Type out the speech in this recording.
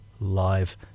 live